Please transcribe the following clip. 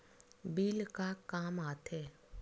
Bill का काम आ थे?